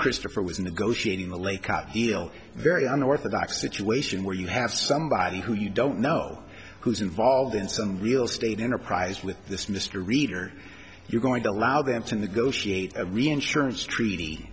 christopher was negotiating the late cut deal very unorthodox situation where you have somebody who you don't know who's involved in some real estate enterprise with this mr reed or you're going to allow them to negotiate reinsurance treating